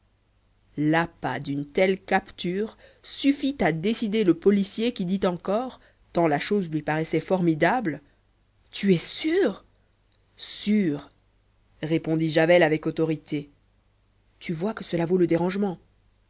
l'appât d'une telle capture suffit à décider le policier qui dit encore tant la chose lui paraissait formidable tu es sûr sûr répondit javel avec autorité tu vois que cela vaut le dérangement